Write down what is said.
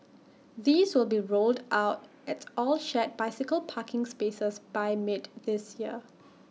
these will be rolled out at all shared bicycle parking spaces by mid this year